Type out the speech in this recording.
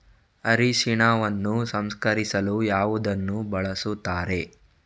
ಅರಿಶಿನವನ್ನು ಸಂಸ್ಕರಿಸಲು ಯಾವುದನ್ನು ಬಳಸುತ್ತಾರೆ?